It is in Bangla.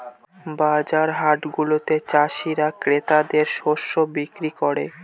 বাজার হাটগুলাতে চাষীরা ক্রেতাদের শস্য বিক্রি করে